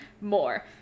more